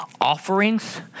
offerings